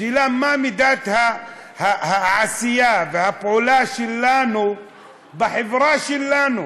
השאלה מה מידת העשייה והפעולה שלנו בחברה שלנו.